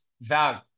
value